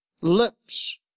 lips